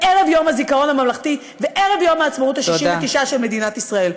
ערב יום הזיכרון הממלכתי וערב יום העצמאות ה-69 של מדינת ישראל.